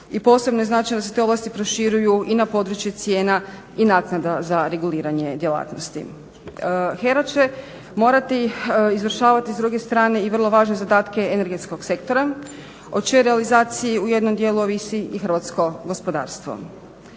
i posebno je značajno da se te ovlasti proširuju i na područje cijena i naknada za reguliranje djelatnosti. HERA će morati izvršavati s druge strane i vrlo važne zadatke energetskog sektora, o čijoj realizaciji u jednom dijelu ovisi i hrvatsko gospodarstvo.